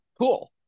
Cool